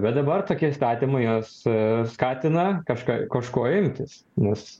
bet dabar tokie įstatymai juos skatina kažką kažko imtis nes